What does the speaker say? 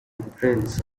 prince